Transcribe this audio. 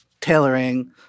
tailoring